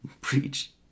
Preach